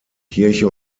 kirche